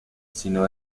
sino